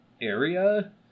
area